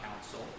council